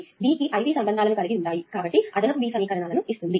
కాబట్టి B కి IV సంబంధాలను కలిగి ఉన్నాము కాబట్టి అదనపు B సమీకరణాలను ఇస్తుంది